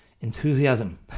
enthusiasm